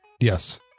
Yes